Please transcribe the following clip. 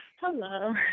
Hello